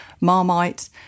Marmite